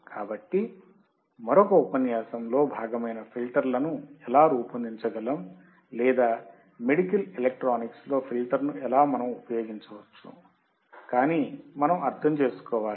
కాబట్టి మరొక ఉపన్యాసంలో భాగమైన ఫిల్టర్ను ఎలా రూపొందించగలం లేదా మెడికల్ ఎలక్ట్రానిక్స్లో ఫిల్టర్ ను ఎలా మనము ఉపయోగించవచ్చు కాని మనము అర్థం చేసుకోవాలి